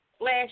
last